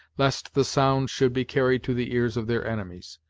lest the sound should be carried to the ears of their enemies,